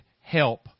help